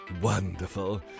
Wonderful